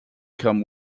come